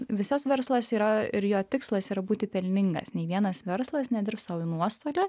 visas verslas yra ir jo tikslas yra būti pelningas nei vienas verslas nedirbs sau į nuostolį